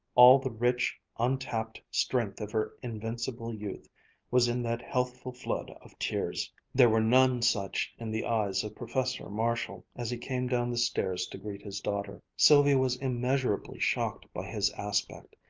all the rich, untapped strength of her invincible youth was in that healthful flood of tears. there were none such in the eyes of professor marshall as he came down the stairs to greet his daughter. sylvia was immeasurably shocked by his aspect.